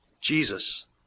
Jesus